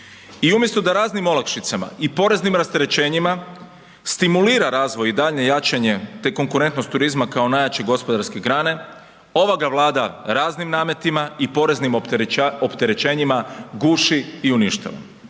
I umjesto da raznim olakšicama i poreznim rasterećenjima stimulira razvoj i daljnje jačanje te konkurentnost turizma kao najjače gospodarske grane, ova ga Vlada raznim nametima i poreznim opterećenjima guši i uništava